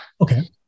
Okay